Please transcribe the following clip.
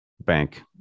bank